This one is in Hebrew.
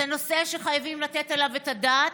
זה נושא שחייבים לתת עליו את הדעת,